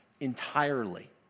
entirely